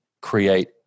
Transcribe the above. create